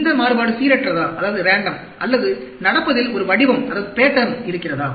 இந்த மாறுபாடு சீரற்றதா அல்லது நடப்பதில் ஒரு வடிவம் இருக்கிறதா